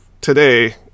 today